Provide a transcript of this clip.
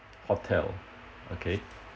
hotel okay